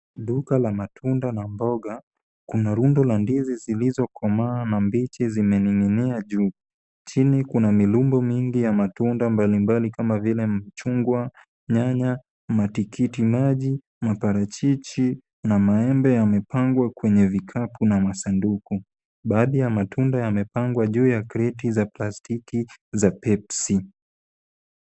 Duka la matunda na mboga, kuna rundo la ndizi zilizokomaa na mbichi zimening'inia juu. Chini kuna mirundo mingi ya matunda mbalimbali kama vile mchungwa, nyanya, matikitimaji, maparachichi na maembe yamepangwa kwenye vikapu na masanduku. Baadhi ya matunda yamepangwa juu ya kreti za plastiki za Pepsi.